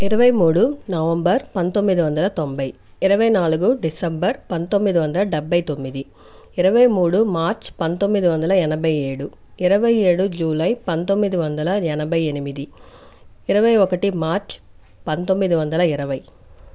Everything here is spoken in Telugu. ఇరవైమూడు నవంబర్ పంతొమ్మిదివందల తొంభై ఇరవైనాలుగు డిసెంబర్ పంతొమ్మిదివందల డెబ్బై తొమ్మిది ఇరవై మూడు మార్చ్ పంతొమ్మిదివందల ఎనభై ఏడు ఇరవై ఏడు జూలై పంతొమ్మిదివందల ఎనభై ఎనిమిది ఇరవై ఒకటి మార్చ్ పంతొమ్మిదివందల ఇరవై